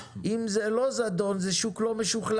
אם זה לא זדון זה שוק לא משוכלל,